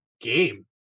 game